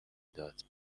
داد